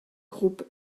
groupe